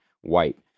white